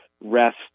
rest